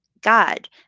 God